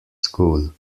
school